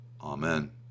Amen